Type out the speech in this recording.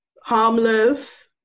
harmless